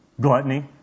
Gluttony